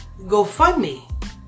GoFundMe